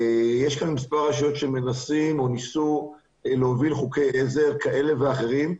יש כאן מספר רשויות שמנסות או ניסו להוביל חוקי עזר כאלה ואחרים,